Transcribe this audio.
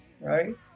right